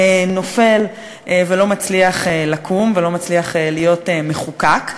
נופל ולא מצליח לקום ולא מצליח להיות מחוקק.